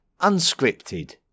unscripted